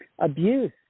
abuse